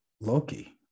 Loki